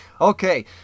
Okay